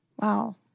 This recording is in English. Wow